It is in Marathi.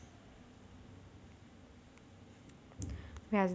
व्याजदर कमी असतील तर तेवढं व्याज मिळणार नाही